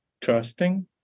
trusting